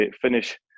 finish